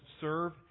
serve